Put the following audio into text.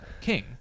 king